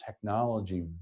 technology